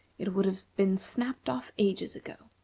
it would have been snapped off ages ago.